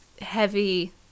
heavy